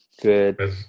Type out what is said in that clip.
Good